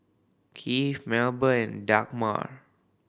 Keith Melba and Dagmar